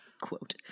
Quote